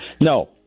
No